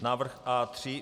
Návrh A3.